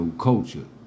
culture